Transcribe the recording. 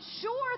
sure